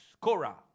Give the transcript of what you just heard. Kora